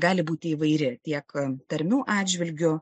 gali būti įvairi tiek tarmių atžvilgiu